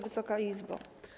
Wysoka Izbo!